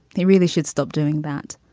he really should stop doing that.